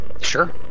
Sure